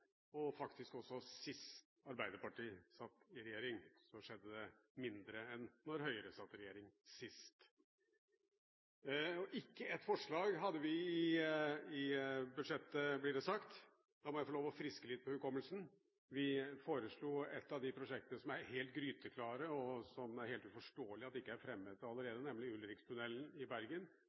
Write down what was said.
det faktisk mindre enn da Høyre satt i regjering sist. Ikke ett forslag hadde vi i budsjettet, blir det sagt. Da må jeg få lov til å friske litt på hukommelsen. Vi foreslo et av de prosjektene som er helt gryteklare, og som det er helt uforståelig ikke er fremmet allerede, nemlig Ulrikstunnelen i Bergen